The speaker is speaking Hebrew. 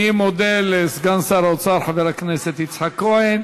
אני מודה לסגן שר האוצר חבר הכנסת יצחק כהן.